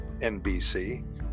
NBC